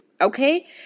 Okay